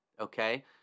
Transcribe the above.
okay